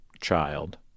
child